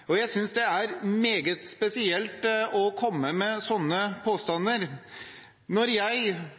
hatt. Jeg synes det er meget spesielt å komme med sånne påstander. Når jeg